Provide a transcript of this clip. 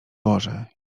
boże